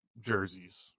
jerseys